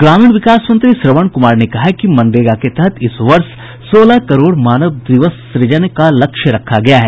ग्रामीण विकास मंत्री श्रवण कुमार ने कहा है कि मनरेगा के तहत इस वर्ष सोलह करोड़ मानव दिवस सृजन का लक्ष्य रखा गया है